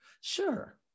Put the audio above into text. sure